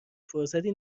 فرصتی